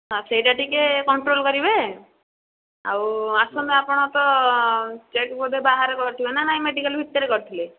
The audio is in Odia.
ହଁ ସେଇଟା ଟିକିଏ କଣ୍ଟ୍ରୋଲ୍ କରିବେ ଆଉ ଆସନ୍ତୁ ଆପଣ ତ ଚେକ୍ ବୋଧେ ବାହାରେ କରିଥିବେ ନା ନାଇଁ ମେଡ଼ିକାଲ୍ ଭିତରେ କରିଥିଲେ